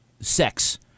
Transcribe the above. sex